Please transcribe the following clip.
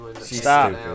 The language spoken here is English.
Stop